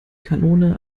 kanone